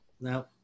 Now